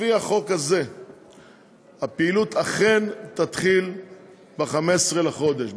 לפי החוק הזה הפעילות אכן תתחיל ב-15 לחודש,